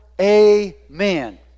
Amen